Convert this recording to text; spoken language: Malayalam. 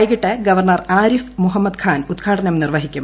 വൈകിട്ട് ഗവർണർ ആരിഫ് മുഹമ്മദ് ഖാൻ ഉദ്ദ്ഘാടനം നിർവഹിക്കും